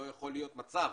לא יכול להיות מצב